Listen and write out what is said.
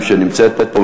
שנמצאת פה,